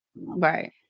Right